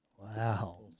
Wow